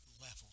level